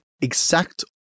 exact